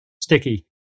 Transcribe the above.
sticky